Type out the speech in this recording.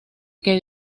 que